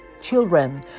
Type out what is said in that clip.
children